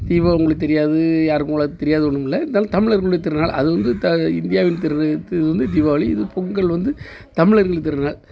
உங்களுக்கு தெரியாது யாருக்கும் உங்களுக்கு தெரியாதது ஒன்றுமில்ல இருந்தாலும் தமிழர்களுடைய திருநாள் அது வந்து த இந்தியாவில் இது வந்து தீபாவளி பொங்கல் வந்து தமிழர்களின் திருநாள்